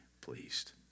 pleased